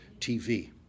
TV